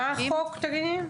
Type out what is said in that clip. מה החוק תזכירי לי?